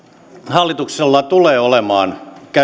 hallituksella tulee olemaan